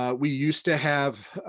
ah we used to have